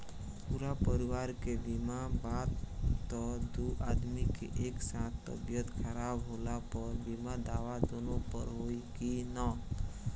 पूरा परिवार के बीमा बा त दु आदमी के एक साथ तबीयत खराब होला पर बीमा दावा दोनों पर होई की न?